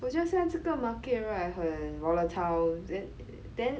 我觉得虽然这个 market right 很 volatiles th~ then